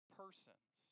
persons